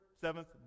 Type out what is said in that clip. Seventh